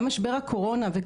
גם משבר הקורונה.